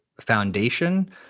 foundation